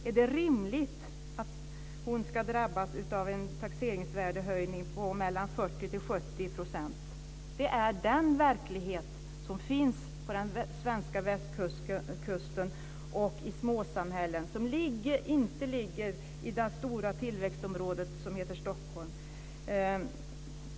Är det rimligt att hon ska drabbas av en taxeringsvärdeshöjning på mellan 40 och 70 %? Det är den verklighet som finns på den svenska västkusten och i småsamhällen som inte ligger i det stora tillväxtområde som heter Stockholm.